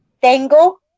Tengo